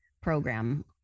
program